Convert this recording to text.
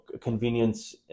convenience